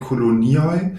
kolonioj